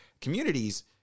communities